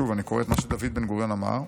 שוב, אני קורא את מה שדוד בן-גוריון אמר.